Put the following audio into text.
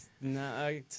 No